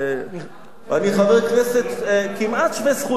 אני חבר כנסת כמעט שווה זכויות,